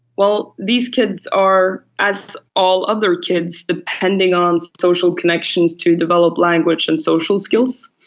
well, these kids are, as all other kids, depending on social connections to develop language and social skills,